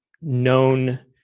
known